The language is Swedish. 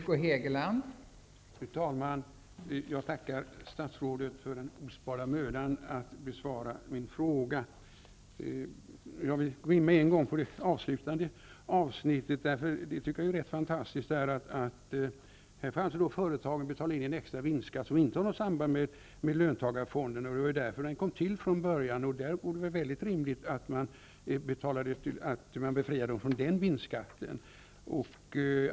Fru talman! Jag tackar statsrådet för den osparda mödan att besvara min fråga. Jag vill med en gång gå in på det avslutande avsnittet i svaret. Jag tycker att det är rätt fantastiskt att företag får betala in en extra vinstskatt, som inte har något samband med löntagarfonden, men det var ju därför den kom till från början. Det vore väl därför i högsta grad rimligt att man befriade företagen från den vinstskatten.